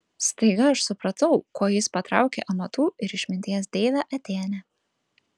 staiga aš supratau kuo jis patraukė amatų ir išminties deivę atėnę